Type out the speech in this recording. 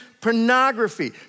pornography